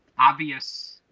obvious